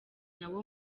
nawo